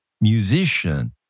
musician